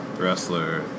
wrestler